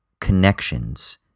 connections